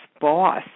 boss